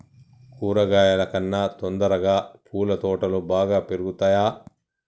కూరగాయల కన్నా తొందరగా పూల తోటలు బాగా పెరుగుతయా?